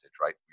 right